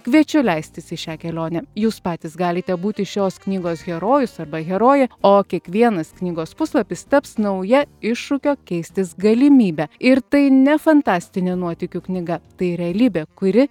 kviečiu leistis į šią kelionę jūs patys galite būti šios knygos herojus arba herojė o kiekvienas knygos puslapis taps nauja iššūkio keistis galimybe ir tai ne fantastinė nuotykių knyga tai realybė kuri